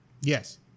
Yes